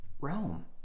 Rome